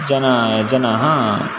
जना जनाः